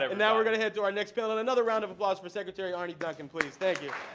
and now we're going to head to our next panel. and another round of applause for secretary arne duncan please. thank you.